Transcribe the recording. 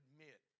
admit